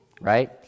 right